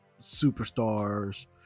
superstars